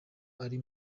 ari